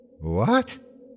What